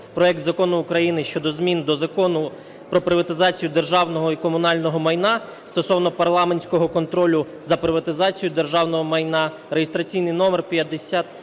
проект Закону України щодо змін до Закону "Про приватизацію державного і комунального майна" (стосовно парламентського контролю за приватизацією державного майна) (реєстраційний номер